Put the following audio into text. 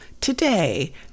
today